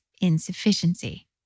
insufficiency